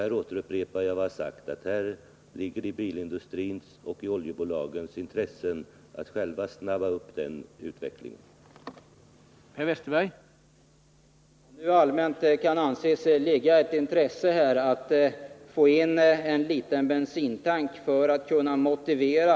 Jag upprepar vad jag tidigare har sagt: det ligger i bilindustrins och oljebolagens intresse att själva påskynda utvecklingen härvidlag.